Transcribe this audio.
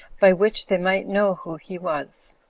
by which they might know who he was.